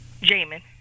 Jamin